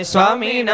Swami